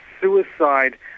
suicide